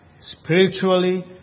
spiritually